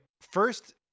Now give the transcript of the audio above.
first